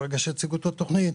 ברגע שיציגו את התכנית.